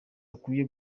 akwiye